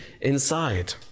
inside